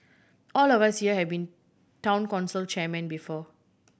all of us here have been Town Council chairmen before